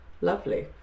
lovely